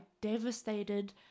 devastated